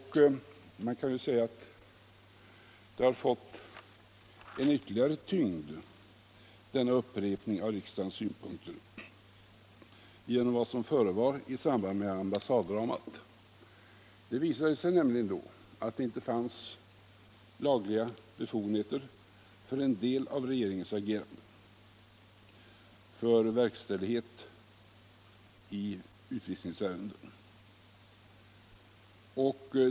Man kan säga att denna upprepning av riksdagens synpunkter har fått ytterligare tyngd genom vad som förevar i samband med ambassaddramat. Det visade sig nämligen då att regeringen inte hade lagliga befogenheter för en del av sitt agerande i utvisningsärendet.